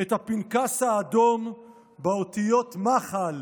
את הפנקס האדום באותיות מחל,